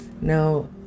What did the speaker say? Now